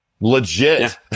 Legit